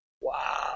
Wow